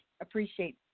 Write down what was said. appreciate